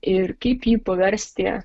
ir kaip jį paversti